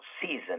season